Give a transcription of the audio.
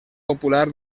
popular